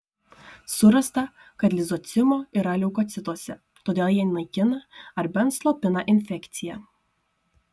surasta kad lizocimo yra leukocituose todėl jie naikina ar bent slopina infekciją